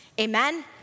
Amen